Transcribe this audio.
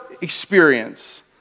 experience